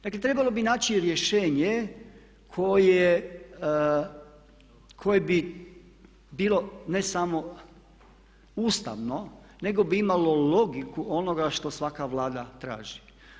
Dakle trebalo bi naći rješenje koje bi bilo ne samo ustavno nego bi imalo logiku onoga što svaka Vlada traži.